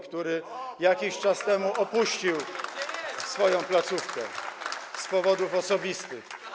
który jakiś czas temu opuścił swoją placówkę z powodów osobistych.